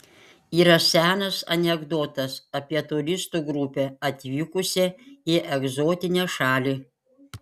yra senas anekdotas apie turistų grupę atvykusią į egzotinę šalį